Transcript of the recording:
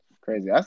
Crazy